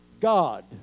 God